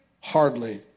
Hardly